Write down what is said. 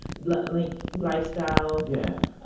like like, lifestyle. yeah.